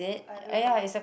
I don't know